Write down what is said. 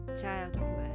childhood